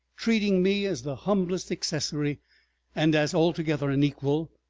treating me as the humblest accessory and as altogether an equal,